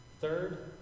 Third